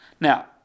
Now